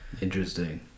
Interesting